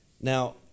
Now